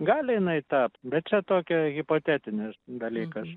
gali jinai tapt bet čia tokia hipotetinis dalykas